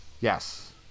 Yes